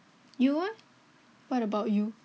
you eh what about you